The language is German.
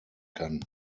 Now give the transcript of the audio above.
kann